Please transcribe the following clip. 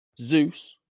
Zeus